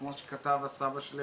וכמו שכתב הסבא שלי,